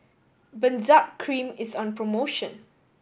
Benzac Cream is on promotion